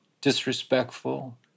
disrespectful